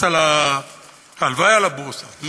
הלוואי על הבורסה,